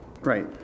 Right